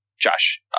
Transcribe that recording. Josh